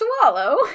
swallow